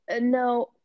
No